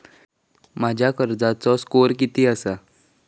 माझ्या कर्जाचो स्कोअर किती आसा?